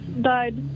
died